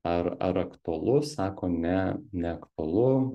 ar ar aktualu sako ne neaktualu